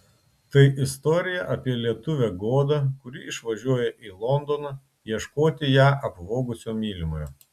tai istorija apie lietuvę godą kuri išvažiuoja į londoną ieškoti ją apvogusio mylimojo